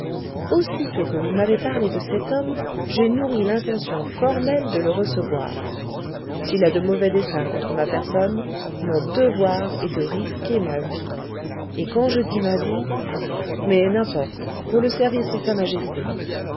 aussitôt que vous m'avez parlé de cet homme j'ai nourri l'intention formelle de le recevoir s'il a de mauvais desseins contre ma personne mon devoir est de risquer ma vie et quand je dis ma vie mais n'importe pour le service de sa majesté